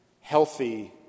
healthy